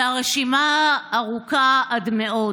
והרשימה ארוכה עד מאוד.